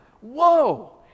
Whoa